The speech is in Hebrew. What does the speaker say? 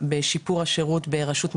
השרה שלי אינה רופאה,